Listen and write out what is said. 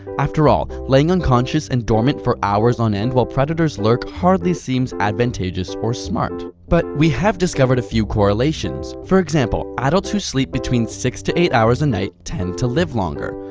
after all, laying unconscious and dormant for hours on end, while predators lurk, hardly seems advantageous or smart. but, we have discovered a few correlations. for example, adults who sleep between six to eight hours a night tend to live longer.